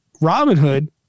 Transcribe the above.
Robinhood